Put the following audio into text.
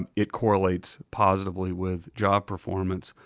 um it correlates positively with job performance,